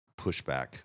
pushback